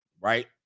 Right